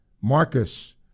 Marcus